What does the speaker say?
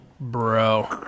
bro